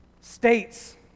states